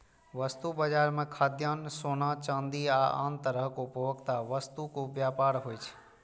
वस्तु बाजार मे खाद्यान्न, सोना, चांदी आ आन तरहक उपभोक्ता वस्तुक व्यापार होइ छै